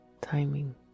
timing